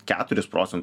keturis procentus